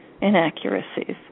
inaccuracies